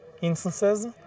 instances